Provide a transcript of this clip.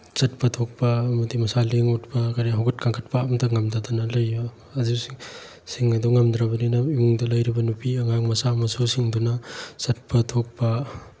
ꯆꯠꯄ ꯊꯣꯛꯄ ꯑꯃꯗꯤ ꯃꯁꯥ ꯂꯦꯡ ꯑꯣꯠꯄ ꯀꯔꯤ ꯍꯧꯒꯠ ꯀꯥꯡꯈꯠꯄ ꯑꯝꯇ ꯉꯝꯗꯗꯅ ꯂꯩꯕ ꯑꯗꯨ ꯁꯤ ꯁꯤꯡ ꯑꯗꯨ ꯉꯝꯗ꯭ꯔꯕꯅꯤꯅ ꯏꯃꯨꯡꯗ ꯂꯩꯔꯤꯕ ꯅꯨꯄꯤ ꯑꯉꯥꯡ ꯃꯆꯥ ꯃꯁꯨꯁꯤꯡ ꯑꯗꯨꯅ ꯆꯠꯄ ꯊꯣꯛꯄ